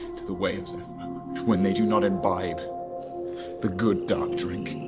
to the ways when they do not imbibe the good dark drink.